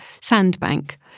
sandbank